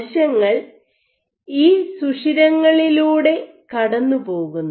കോശങ്ങൾ ഈ സുഷിരങ്ങളിലൂടെ കടന്നുപോകുന്നു